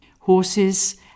Horses